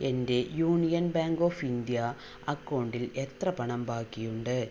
എൻ്റെ union bank of India അക്കൗണ്ടിൽ എത്ര പണം ബാക്കിയുണ്ട്